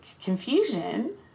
confusion